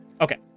Okay